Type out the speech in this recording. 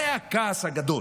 זה הכעס הגדול.